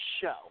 show